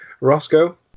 Roscoe